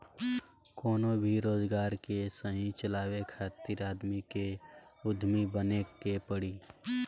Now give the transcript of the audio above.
कवनो भी रोजगार के सही चलावे खातिर आदमी के उद्यमी बने के पड़ी